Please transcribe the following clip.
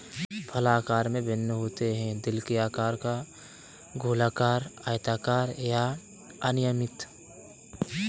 फल आकार में भिन्न होते हैं, दिल के आकार का, गोलाकार, आयताकार या अनियमित